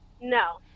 No